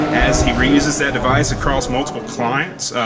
as he reuses that device across multiple clients.